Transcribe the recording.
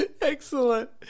Excellent